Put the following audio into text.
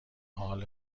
حال